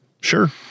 Sure